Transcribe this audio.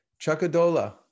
chakadola